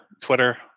Twitter